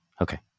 Okay